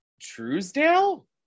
Truesdale